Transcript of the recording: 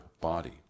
body